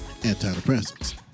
antidepressants